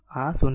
આ 0